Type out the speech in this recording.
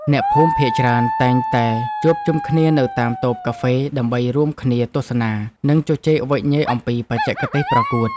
អ្នកភូមិភាគច្រើនតែងតែជួបជុំគ្នានៅតាមតូបកាហ្វេដើម្បីរួមគ្នាទស្សនា និងជជែកវែកញែកអំពីបច្ចេកទេសប្រកួត។